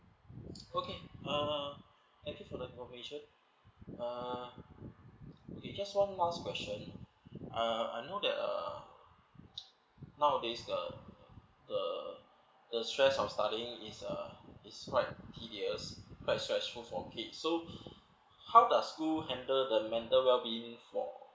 okay uh thank you for the information uh okay just one last question uh I know that uh nowadays the the stress of the studying is uh is quite tedious quite stressful for kid so how does school handle the mental well being for